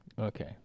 Okay